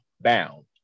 bound